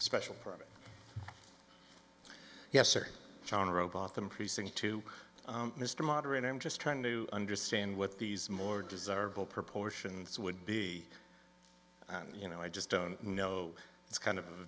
special permit yes sir john robotham precinct two mr moderate i'm just trying to understand what these more desirable proportions would be and you know i just don't know it's kind of